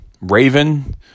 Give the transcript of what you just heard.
Raven